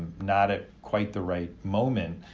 not at quite the right moment,